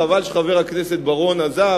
חבל שחבר הכנסת בר-און עזב,